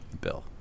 Bill